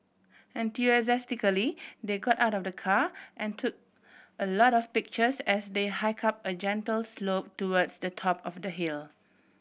enthusiastically they got out of the car and took a lot of pictures as they hike up a gentle slope towards the top of the hill